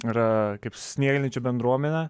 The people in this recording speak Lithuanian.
yra kaip snieglenčių bendruomenė